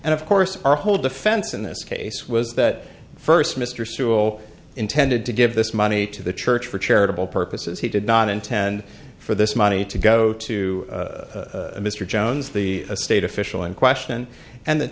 and of course our whole defense in this case was that first mr sewell intended to give this money to the church for charitable purposes he did not intend for this money to go to mr jones the a state official in question and th